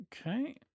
Okay